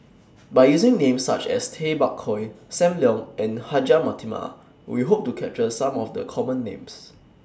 By using Names such as Tay Bak Koi SAM Leong and Hajjah Fatimah We Hope to capture Some of The Common Names